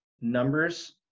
numbers